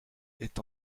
est